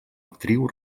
actriu